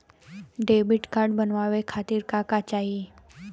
Debit card बनवावे खातिर का का चाही?